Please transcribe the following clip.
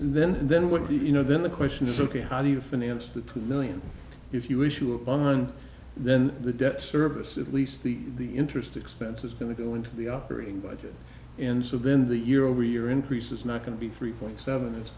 then then what do you know then the question is ok how do you finance that two million if you issue a bond then the debt service at least the interest expense is going to go into the operating budget and so then the year over year increase is not going to be three point seven it's